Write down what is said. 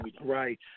Right